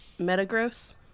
Metagross